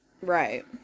Right